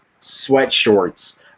sweatshorts